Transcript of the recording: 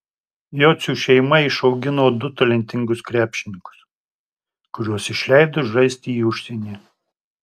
jocių šeima išaugino du talentingus krepšininkus kuriuos išleido žaisti į užsienį